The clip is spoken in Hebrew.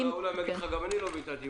ובעל האולם יגיד: גם אני לא ביטלתי,